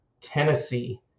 Tennessee